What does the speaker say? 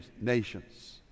nations